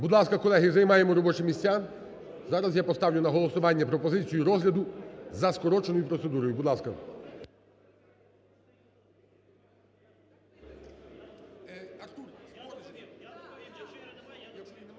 Будь ласка, колеги, займаємо робочі місця, зараз я поставлю на голосування пропозицію розгляду за скороченою процедурою. Будь ласка.